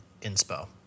inspo